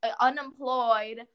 unemployed